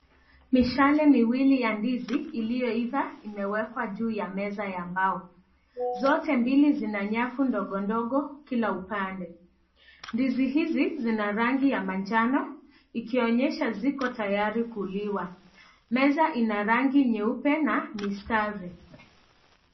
Mishale miwili ya ndizi iliyoiva imewekwa vizuri juu ya meza ya mbao zote mbili zina nyafu ndogo ndogo kila upande ndizi hizi zina rangi ya manjano ikionyesha ziko tayari kuiva meza ina rangi nyeupe na misave.